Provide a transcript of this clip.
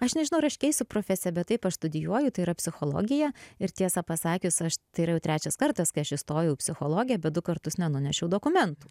aš nežinau ar aš keisiu profesiją bet taip aš studijuoju tai yra psichologija ir tiesą pasakius aš tai yra jau trečias kartas kai aš įstojau į psichologiją bet du kartus nenunešiau dokumentų